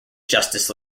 justice